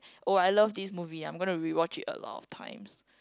oh I love this movie I'm gonna rewatch it a lot of times